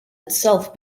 itself